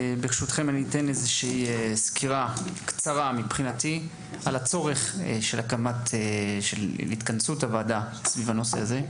ברשותכם אתן סקירה בדבר הצורך של התכנסות הוועדה סביב הנושא הזה.